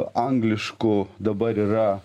angliškų dabar yra